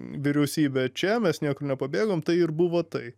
vyriausybė čia mes niekur nepabėgom tai ir buvo tai